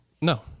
No